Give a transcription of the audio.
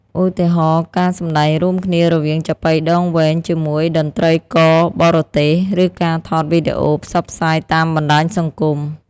ឧទាហរណ៍ ការសម្តែងរួមគ្នារវាងចាបុីដងវែង ជាមួយតន្ត្រីករបរទេស ឬការថតវីដេអូផ្សព្វផ្សាយតាមបណ្តាញសង្គម។